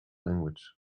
language